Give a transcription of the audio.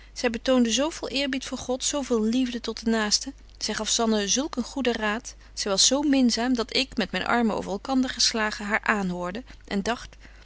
zy betoonde zo veel eerbied voor god zo veel liefde tot den naasten zy gaf zanne zulk een goeden raad zy was zo minzaam dat ik met myn armen over elkander geslagen haar aanhoorde en dagt